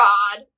God